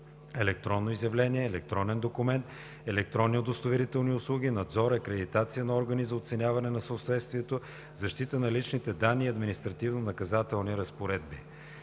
електронно изявление, електронен документ, електронни удостоверителни услуги, надзор, акредитация на органи за оценяване на съответствието, защита на личните данни и административнонаказателни разпоредби.